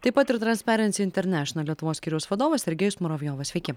taip pat ir transferens internešenal lietuvos skyriaus vadovas sergejus muravjovas sveiki